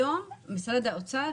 היום משרד האוצר,